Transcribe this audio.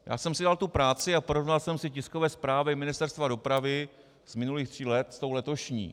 Dal jsem si tu práci a porovnal jsem si tiskové zprávy Ministerstva dopravy z minulých tří let s tou letošní.